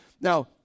Now